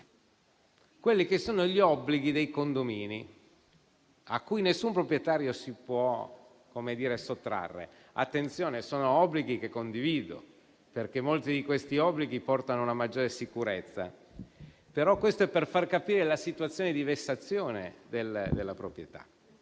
Vi leggo gli obblighi dei condomini a cui nessun proprietario si può sottrarre; attenzione, sono obblighi che condivido, perché molti di questi portano a una maggiore sicurezza, però è per far capire la situazione di vessazione della proprietà.